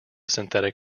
synthetic